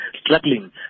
struggling